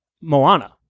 Moana